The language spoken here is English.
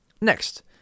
next